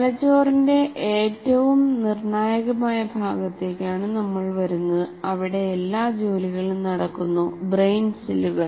തലച്ചോറിന്റെ ഏറ്റവും നിർണായകമായ ഭാഗത്തേക്കാണ് നമ്മൾ വരുന്നത് അവിടെ എല്ലാ ജോലികളും നടക്കുന്നു ബ്രെയിൻ സെല്ലുകൾ